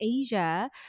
Asia